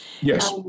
Yes